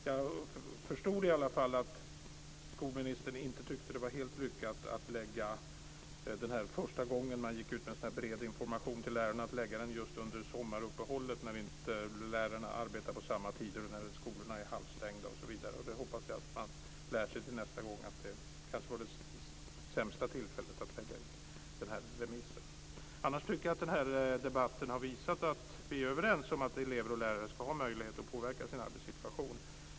Jag förstod i alla fall att skolministern inte tyckte att det var helt lyckat att första gången man går ut med en bred information till lärarna lägga den just under sommaruppehållet, när lärarna inte arbetar på samma tider och när skolorna är halvstängda. Jag hoppas att man lär sig till nästa gång att det kanske var det sämsta tillfället att lägga ut remissen. Annars tycker jag att den här debatten har visat att vi är överens om att elever och lärare ska ha möjlighet att påverka sin arbetssituation.